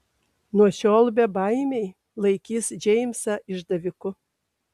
nuo šiol bebaimiai laikys džeimsą išdaviku